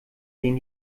gehen